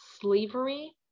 slavery